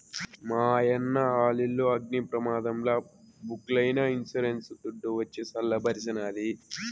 మాయన్న ఆలిల్లు అగ్ని ప్రమాదంల బుగ్గైనా ఇన్సూరెన్స్ దుడ్డు వచ్చి సల్ల బరిసినాది